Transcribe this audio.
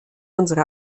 unsere